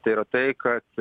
tai yra tai kas